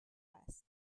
است